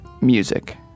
music